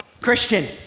Christian